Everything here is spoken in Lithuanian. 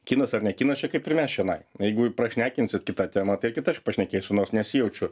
kinas ar ne kinas kaip ir mes čionai jeigu prašnekinsit kita tema tai kita aš pašnekėsiu nors nesijaučiu